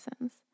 license